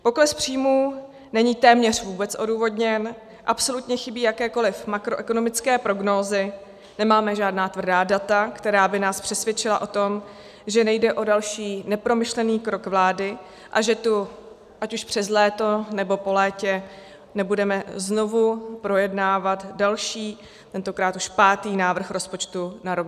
Pokles příjmů není téměř vůbec odůvodněn, absolutně chybí jakékoliv makroekonomické prognózy, nemáme žádná tvrdá data, která by nás přesvědčila o tom, že nejde o další nepromyšlený krok vlády a že tu ať už přes léto, nebo po létě nebudeme znovu projednávat další, tentokrát už pátý návrh rozpočtu na rok 2020.